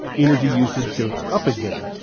energy usage goes up again.